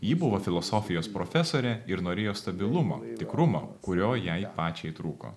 ji buvo filosofijos profesorė ir norėjo stabilumo tikrumo kurio jai pačiai trūko